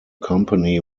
company